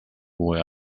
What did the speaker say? boy